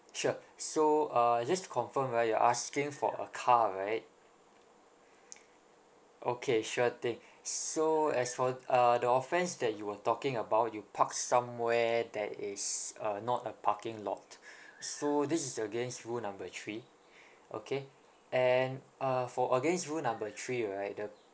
sure so uh just to confirm right you're asking for a car right okay sure thing so as for uh the offence that you were talking about you parked somewhere that is uh not a parking lot so this is against rule number three okay and uh for against rule number three right the